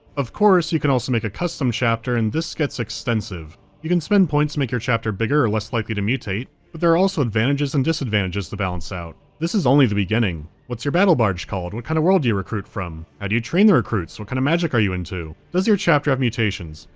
of course, you can also make a custom chapter, and this gets extensive, you can spend points to make you chapter bigger, or less likely to mutate, but there are also advantages and disadvantages to balance out. this is only the beginning. what's your battle barge called? what kind of world you you recruit from? how do you train the recruits? what kind of magic are you into? does your chapter have mutations?